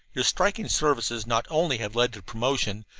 your striking services not only have led to promotion,